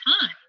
time